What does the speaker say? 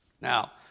Now